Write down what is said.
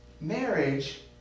Marriage